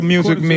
Music